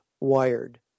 wired